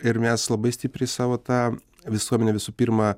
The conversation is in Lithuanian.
ir mes labai stipriai savo tą visuomenę visų pirma